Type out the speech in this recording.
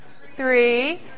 three